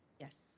Yes